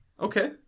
Okay